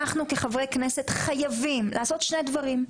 אנחנו כחברי כנסת חייבים לעשות שני דברים.